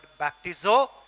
baptizo